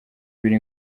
biri